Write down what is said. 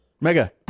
Mega